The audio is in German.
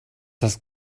das